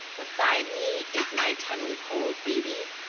beside me is my ten week old baby,